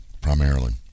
primarily